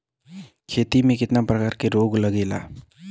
खेती में कितना प्रकार के रोग लगेला?